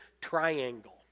triangle